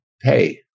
pay